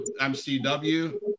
MCW